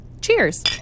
Cheers